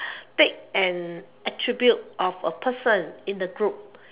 take an attribute of a person in the group